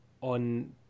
on